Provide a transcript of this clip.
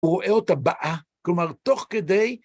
הוא רואה אותה באה, כלומר, תוך כדי...